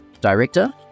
director